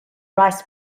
rice